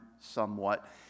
somewhat